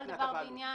מעבר להשלמת הבנייה,